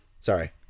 Sorry